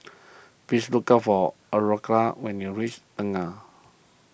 please look for Aurora when you reach Tengah